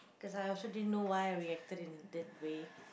cause I also didn't know why I reacted in that way